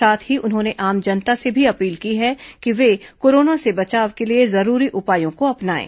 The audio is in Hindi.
साथ ही उन्होंने आम जनता से भी अपील की है कि वे कोरोना से बचाव के लिए जरूरी उपायों को अपनाएं